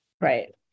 Right